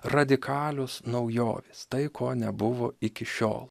radikalios naujovės tai ko nebuvo iki šiol